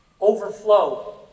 overflow